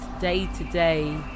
day-to-day